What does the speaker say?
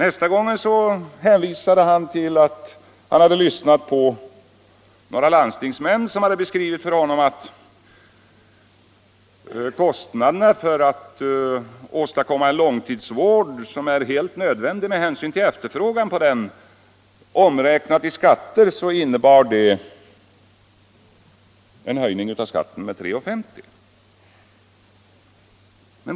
Andra gången hänvisar han till att några landstingsmän för honom beskrivit att kostnaderna för att åstadkomma den långtidsvård som är helt nödvändig med hänsyn till efterfrågan skulle motsvara en höjning av skatten med 3:50 kr.